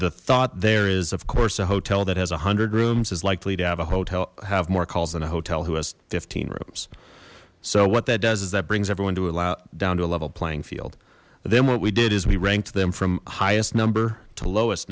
the thought there is of course a hotel that has a hundred rooms is likely to have a hotel have more calls than a hotel who has fifteen rooms so what that does is that brings everyone to allow down to a level playing field then what we did is we ranked them from highest number to lowest